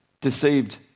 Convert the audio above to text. deceived